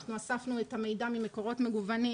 אספנו את המידע ממקורות מגוונים.